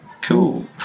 Cool